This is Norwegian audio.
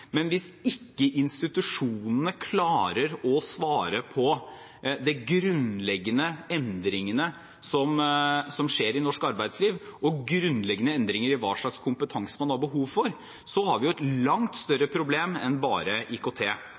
Men hvis ikke institusjonene klarer å svare på de grunnleggende endringene som skjer i norsk arbeidsliv, og grunnleggende endringer i hva slags kompetanse man har behov for, så har vi et langt større problem enn bare IKT.